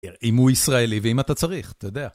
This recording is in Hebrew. אם הוא ישראלי ואם אתה צריך, אתה יודע.